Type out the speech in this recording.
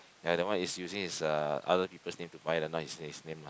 ya that one is using his uh other people's name buy the not in his name lah